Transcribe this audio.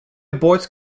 bord